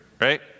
right